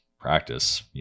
practice